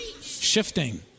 shifting